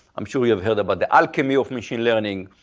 i'm sure you have heard about the alchemy of machine learning,